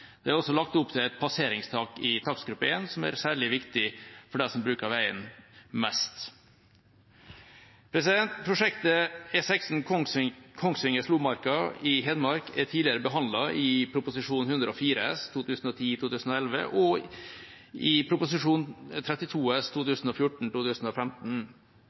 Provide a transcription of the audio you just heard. Det er også lagt opp til et passeringstak i takstgruppe 1, som er særlig viktig for dem som bruker veien mest. Prosjektet E16 Kongsvinger–Slomarka i Hedmark er tidligere behandlet i Prop. 104 S for 2010–2011 og i Prop. 32 S